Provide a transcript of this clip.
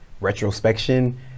retrospection